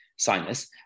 sinus